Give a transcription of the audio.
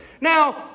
Now